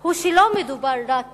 הוא שלא מדובר רק